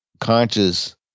conscious